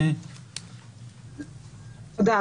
תודה.